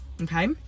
okay